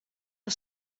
del